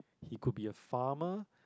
he could be a farmer